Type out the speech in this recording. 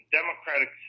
democratic